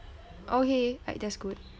okay right that's good